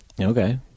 Okay